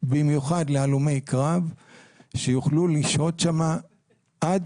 במיוחד להלומי קרב שיוכלו לשהות שם עד